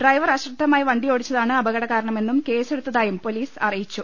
driver അശ്രദ്ധമായി വണ്ടി ഓടിച്ചതാണ് അപകടകാരണമെന്നും കേസെടുത്തായും പൊലീസ് അറിയിച്ചു